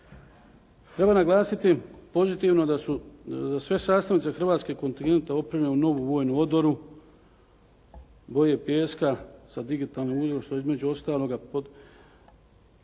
Treba naglasiti pozitivno da su sve sastavnice hrvatskog kontigenta opremljeni u novu vojnu odoru boje pijeska sa … /Govornik se ne razumije./ … što je između ostaloga